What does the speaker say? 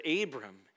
Abram